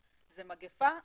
זה טוב,